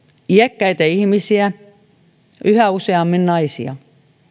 iäkkäitä ihmisiä yhä useammin naisia